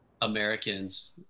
Americans